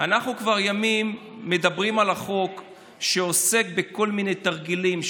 אנחנו כבר ימים מדברים על חוק שעוסק בכל מיני תרגילים,